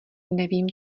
nevím